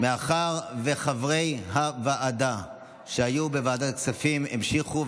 מאחר שחברי הוועדה שהיו בוועדת הכספים המשיכו,